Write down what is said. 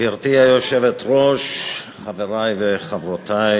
גברתי היושבת-ראש, חברי וחברותי